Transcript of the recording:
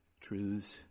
truths